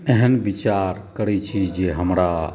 एहन विचार करै छी जे हमरा